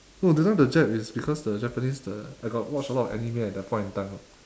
no that time the jap is because the japanese the I got watch a lot of anime at that point in time [what]